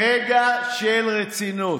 "רגע של רצינות.